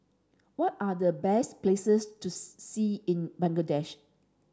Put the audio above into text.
what are the best places to see in Bangladesh